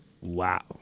wow